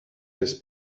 his